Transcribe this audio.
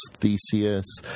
Theseus